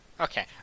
Okay